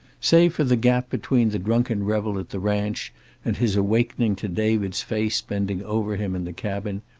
save for the gap between the drunken revel at the ranch and his awakening to david's face bending over him in the cabin,